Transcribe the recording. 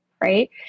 Right